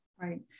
Right